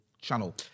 channel